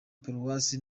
paruwasi